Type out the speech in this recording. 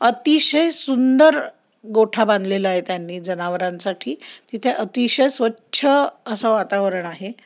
अतिशय सुंदर गोठा बांधलेला आहे त्यांनी जनावरांसाठी तिथे अतिशय स्वच्छ असं वातावरण आहे